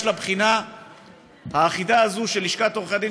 לבחינה האחידה הזאת של לשכת עורכי הדין,